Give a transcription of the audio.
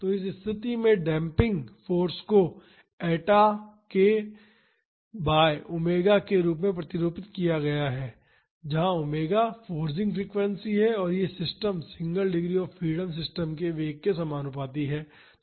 तो इस स्तिथि में डेम्पिंग फाॅर्स को एटा k बाई ओमेगा के रूप में प्रतिरूपित किया जाता है जहां ओमेगा फ्रॉसिंग फ्रीक्वेंसी है और यह system single degree of freedom system के वेग के समानुपाती है